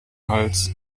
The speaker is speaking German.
hals